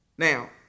Now